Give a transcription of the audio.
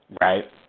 right